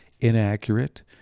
inaccurate